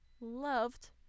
loved